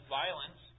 violence